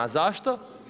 A zašto?